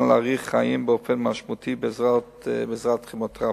להאריך חיים באופן משמעותי בעזרת כימותרפיה.